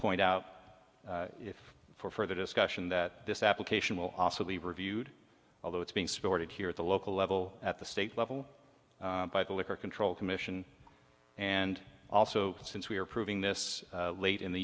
point out for further discussion that this application will also be reviewed although it's being supported here at the local level at the state level by the liquor control commission and also since we are proving this late in the